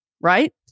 Right